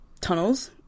tunnels